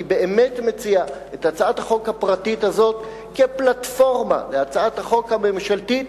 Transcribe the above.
אני באמת מציע את הצעת החוק הפרטית הזאת כפלטפורמה להצעת החוק הממשלתית,